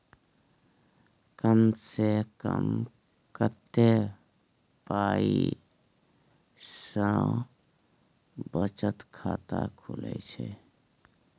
कम से कम कत्ते पाई सं बचत खाता खुले छै?